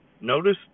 Notice